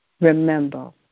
Remember